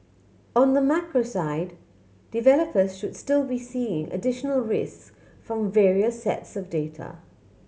on the macro side developers should still be seeing additional risks from various sets of data